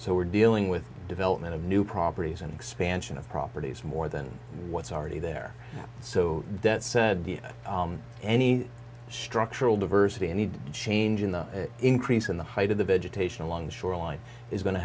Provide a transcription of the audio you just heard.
so we're dealing with development of new properties and expansion of properties more than what's already there so that said any structural diversity any change in the increase in the height of the vegetation along the shoreline is going to